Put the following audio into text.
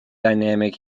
dynamic